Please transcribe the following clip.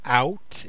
out